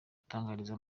gutangariza